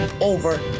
over